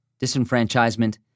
disenfranchisement